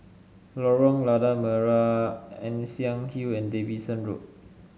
Lorong Lada Merah Ann Siang Hill and Davidson Road